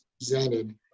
presented